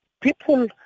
people